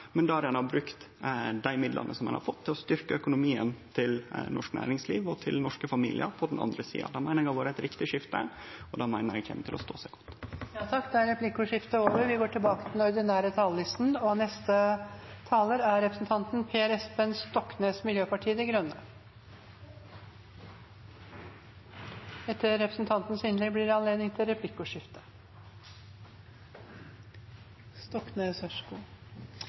der ein har brukt dei midlane ein har fått, til å styrkje økonomien til norsk næringsliv og norske familiar på den andre sida. Det meiner eg har vore eit riktig skifte, og eg meiner det kjem til å stå seg godt. Replikkordskiftet er omme. Det har skjedd et skifte i debatten rundt skatter og avgifter. Avgiftsskepsisen har blitt større enn noen gang. For høyresiden har målet alltid vært ideologisk klart og tydelig: Skatter og avgifter må kuttes – koste hva det